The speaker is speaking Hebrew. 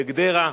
בגדרה.